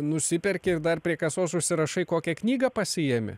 nusiperki ir dar prie kasos užsirašai kokią knygą pasiemi